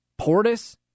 Portis